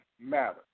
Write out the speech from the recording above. Matter